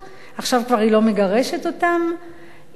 עכשיו היא כבר לא מגרשת אותם.